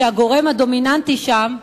והגורם הדומיננטי שם,